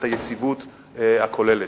את היציבות הכוללת.